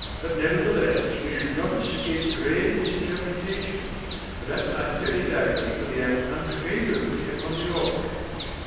but nevertheless we should not escape grave misinterpretation and that might very likely react unfavourably upon the orphanage.